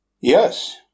Yes